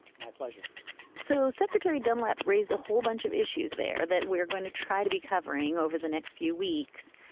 my pleasure so secretary dunlap raised a whole bunch of issues there that we're going to try to be covering over the next few weeks.